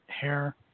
hair